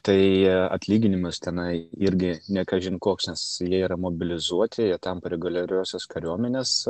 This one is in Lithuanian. tai atlyginimas tenai irgi ne kažin koks nes jie yra mobilizuoti tampa reguliariosios kariuomenės